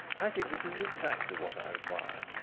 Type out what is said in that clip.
i think this is exactly what i require.